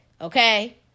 Okay